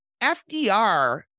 FDR